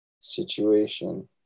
situation